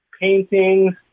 paintings